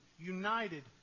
united